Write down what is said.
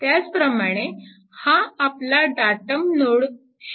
त्याच प्रमाणे हा आपला डाटम नोड 0 आहे